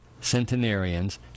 centenarians